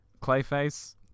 Clayface